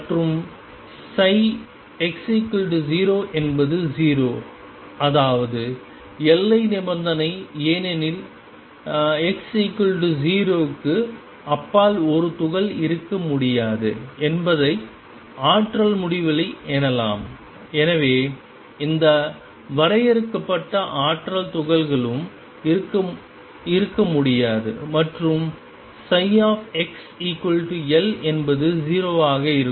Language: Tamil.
மற்றும் x0 என்பது 0 அதாவது எல்லை நிபந்தனை ஏனெனில் x 0 க்கு அப்பால் ஒரு துகள் இருக்க முடியாது என்பதை ஆற்றல் முடிவிலி எனலாம் எனவே எந்த வரையறுக்கப்பட்ட ஆற்றல் துகள்களும் இருக்க முடியாது மற்றும் xL என்பது 0 ஆக இருக்கும்